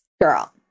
Girl